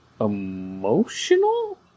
emotional